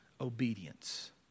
obedience